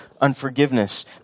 unforgiveness